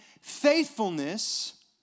faithfulness